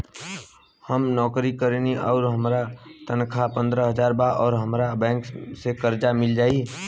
हम नौकरी करेनी आउर हमार तनख़ाह पंद्रह हज़ार बा और हमरा बैंक से कर्जा मिल जायी?